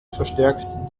verstärkt